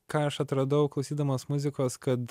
ką aš atradau klausydamas muzikos kad